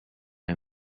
him